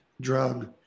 drug